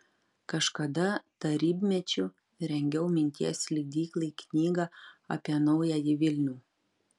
kažkada tarybmečiu rengiau minties leidyklai knygą apie naująjį vilnių